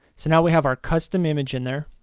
so, now we have our custom image in there.